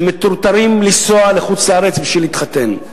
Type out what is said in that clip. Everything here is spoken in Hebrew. שמטורטרים לנסוע לחוץ-לארץ בשביל להתחתן.